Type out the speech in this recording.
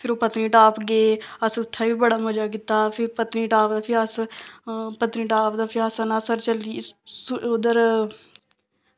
फिर ओह् पत्नीटाप गे ते अस उत्थै बी बड़ा मज़ा कीता ते फिर पत्नीटाप दा फ्ही अस पत्नीटाप दा फ्ही अस सनासर चली गे उद्धर